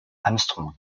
armstrong